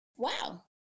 Wow